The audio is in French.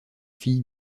fille